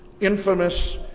infamous